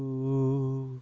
oop!